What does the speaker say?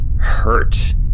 hurt